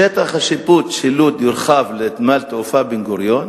שטח השיפוט של לוד יורחב לנמל התעופה בן-גוריון,